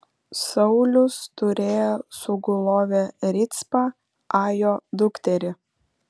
saulius turėjo sugulovę ricpą ajo dukterį